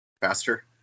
faster